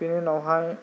बेनि उनावहाय